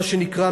מה שנקרא,